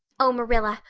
oh, marilla,